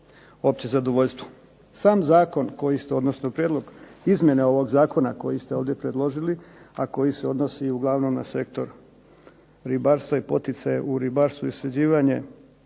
opće zadovoljstvo. Sam prijedlog izmjene ovog zakona kojeg ste ovdje predložili, a koji se odnosi na sektor ribarstva i poticaja u ribarstvu i sređivanja